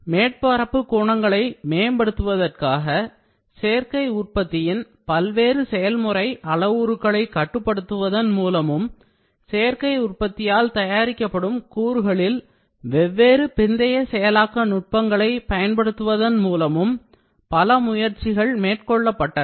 மேற்பரப்பு குணங்களை மேம்படுத்துவதற்காக சேர்க்கை உற்பத்தியின் பல்வேறு செயல்முறை அளவுருக்களைக் கட்டுப்படுத்துவதன் மூலமும் சேர்க்கை உற்பத்தியால் தயாரிக்கப்படும் கூறுகளில் வெவ்வேறு பிந்தைய செயலாக்க நுட்பங்களைப் பயன்படுத்துவதன் மூலமும் பல முயற்சிகள் மேற்கொள்ளப்பட்டன